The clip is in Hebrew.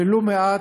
ולו מעט,